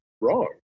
wrong